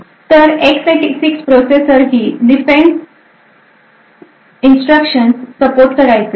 तर X86 processor ही LFENCE instruction support करायचे